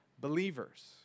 believers